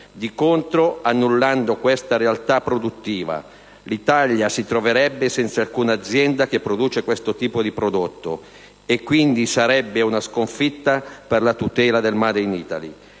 Di contro, annullando questa realtà produttiva, l'Italia si troverebbe senza alcuna azienda che produce questo tipo di prodotto e, quindi, sarebbe una sconfitta per la tutela del *made in Italy*.